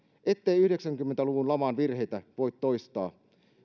ettei yhdeksänkymmentä luvun laman virheitä voi toistaa